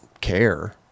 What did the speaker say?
care